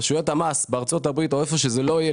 רשויות המס בארצות הברית או היכן שזה לא יהיה,